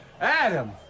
Adam